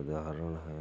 उदाहरण हैं